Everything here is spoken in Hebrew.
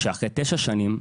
שאחרי תשע שנים,